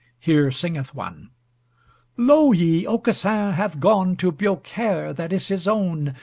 here singeth one lo ye, aucassin hath gone to biaucaire that is his own,